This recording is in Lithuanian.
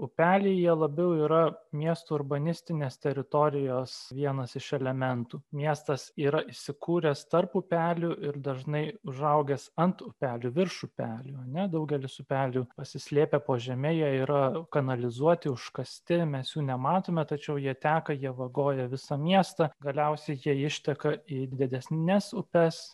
upeliai jie labiau yra miestų urbanistinės teritorijos vienas iš elementų miestas yra įsikūręs tarp upelių ir dažnai užaugęs ant upelių virš upelio ar ne daugelis upelių pasislėpę po žeme jie yra kanalizuoti užkasti mes jų nematome tačiau jie teka jie vagojo visą miestą galiausiai jie išteka į didesnes upes